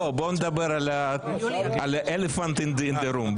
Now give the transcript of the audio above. בוא נדבר על ה-elephant in the room.